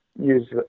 use